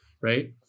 right